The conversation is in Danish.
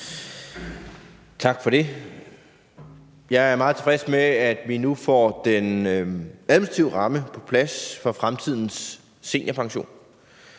Tak for det. Jeg er meget tilfreds med, at vi nu får den administrative ramme på plads for fremtidens seniorpension.